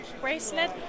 bracelet